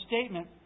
statement